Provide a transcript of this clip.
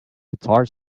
guitar